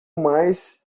mais